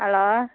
hello